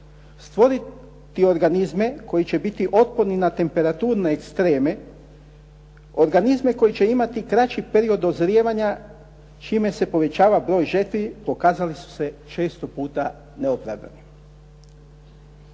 stvoriti organizme koji će biti otporni na temperaturne ekstreme, organizme koji će imati kraći period dozrijevanja čime se povećava broj žetvi, pokazali su se često puta neopravdanim.